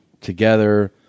together